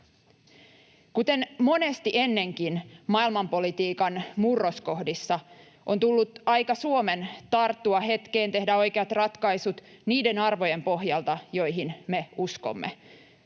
Kuten monesti ennenkin maailmanpolitiikan murroskohdissa, on tullut aika Suomen tarttua hetkeen, tehdä oikeat ratkaisut niiden arvojen pohjalta, joihin me uskomme.